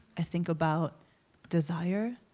i think about desire,